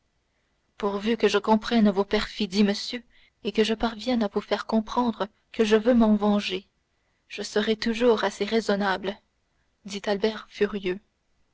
pourvu que je comprenne vos perfidies monsieur et que je parvienne à vous faire comprendre que je veux m'en venger je serai toujours assez raisonnable dit albert furieux